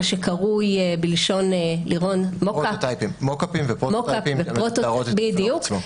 מה שקרוי בלשון לירון --- מוקאפים ופרוטוטייפים --- בדיוק,